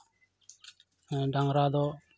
ᱦᱮᱸ ᱰᱟᱝᱨᱟ ᱫᱚ